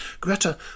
Greta